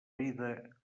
vida